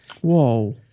Whoa